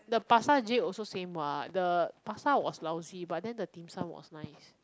the pasta jade also same what the pasta was lousy but then the dim-sum was nice